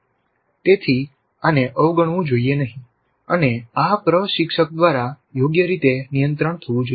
તેથી આને અવગણવું જોઈએ નહીં અને આ પ્રશિક્ષક દ્વારા યોગ્ય રીતે નિયંત્રિત થવું જોઈએ